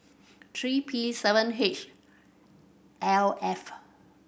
three P seven H L F